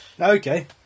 okay